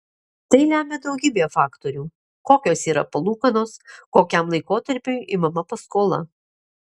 tai lemia daugybė faktorių kokios yra palūkanos kokiam laikotarpiui imama paskola